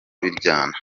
biryana